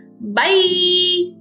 Bye